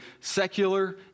secular